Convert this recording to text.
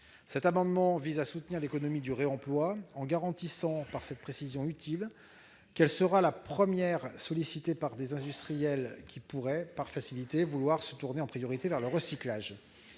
Cet amendement vise à soutenir l'économie du réemploi, en garantissant, par cette précision utile, qu'elle sera la première sollicitée par des industriels qui pourraient, par facilité, vouloir se tourner en priorité vers le recyclage.